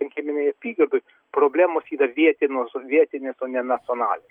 rinkiminėj apygardoj problemos yra vietinos vietinės o ne nacionlin